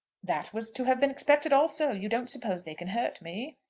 that was to have been expected also. you don't suppose they can hurt me?